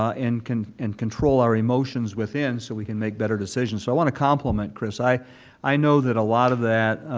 ah and and control our emotions within so we can make better decisions. so i want to compliment chris. i i know that a lot of that